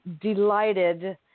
delighted